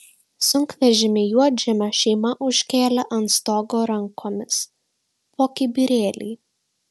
sunkvežimį juodžemio šeima užkėlė ant stogo rankomis po kibirėlį